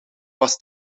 was